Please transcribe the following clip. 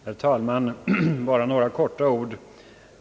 Herr talman! Bara några få ord.